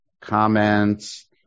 comments